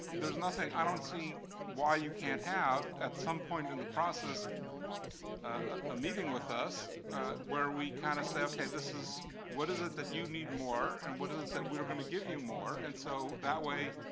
there's nothing i don't see why you can't have at some point in the process a meeting with us where we kind of say, ok, this is what is it that you need more and what is it that we're going to give you more. and so, that way,